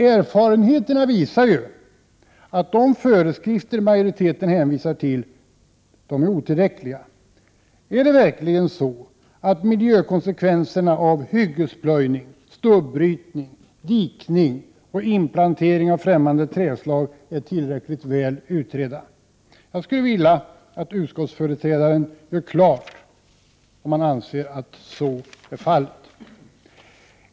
Erfarenheterna visar ju att de föreskrifter majoriteten hänvisar till är otillräckliga. Är det verkligen så att miljökonsekvenserna av hyggesplöjning, stubbrytning, diknirig och inplantering av främmande träslag är tillräckligt väl utredda? Jag skulle vilja att utskottsföreträdaren gör klart om han anser att så är fallet.